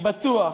אני בטוח,